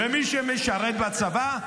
מי שמשרת בצבא,